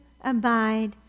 abide